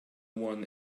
one